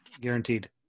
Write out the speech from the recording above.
Guaranteed